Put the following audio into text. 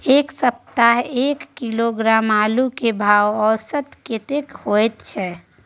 ऐ सप्ताह एक किलोग्राम आलू के भाव औसत कतेक होय छै?